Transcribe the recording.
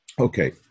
Okay